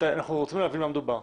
אנחנו רוצים להבין במה מדובר.